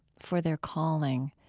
for their calling.